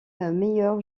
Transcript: meilleur